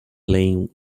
playing